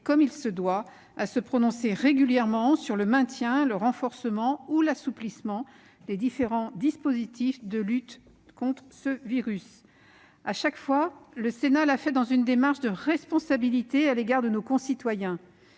comme il se doit, à se prononcer régulièrement sur le maintien, le renforcement ou l'assouplissement des différents dispositifs de lutte contre le virus. Chaque fois, le Sénat l'a fait dans une démarche de responsabilité à l'égard de nos concitoyens.